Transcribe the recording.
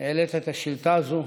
שהעלית את השאילתה הזו.